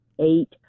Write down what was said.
eight